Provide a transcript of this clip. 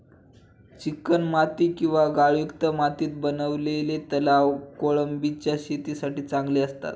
चिकणमाती किंवा गाळयुक्त मातीत बनवलेले तलाव कोळंबीच्या शेतीसाठी चांगले असतात